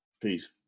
peace